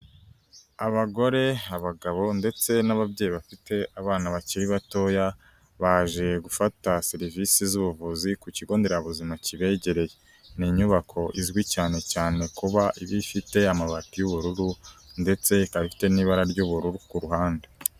Abagore abagabo ndetse n'ababyeyi bafite abana bakiri batoya baje gufata serivisi z'ubuvuzi ku kigo nderabuzima kibegereye. Ni inyubako izwi cyane cyane kuba ibifite amabati y'ubururu ndetse ikaba ifite n'ibara ry'ubururu ku ruhande.